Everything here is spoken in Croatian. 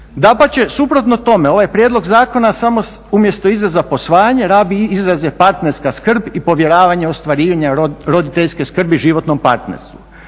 Dapače, suprotno tome ovaj prijedlog zakona samo umjesto izraza posvajanje rabi izraze partnerska skrb i povjeravanje ostvarivanja roditeljske skrbe životnom partnerstvu.